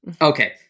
Okay